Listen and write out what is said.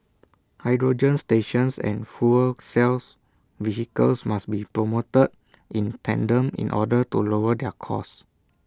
hydrogen stations and fuel cell vehicles must be promoted in tandem in order to lower their cost